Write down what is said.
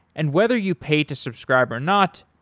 and whether you pay to subscribe or not,